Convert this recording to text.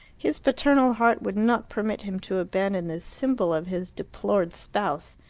his paternal heart would not permit him to abandon this symbol of his deplored spouse.